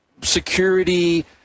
security